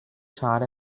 child